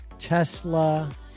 Tesla